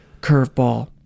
Curveball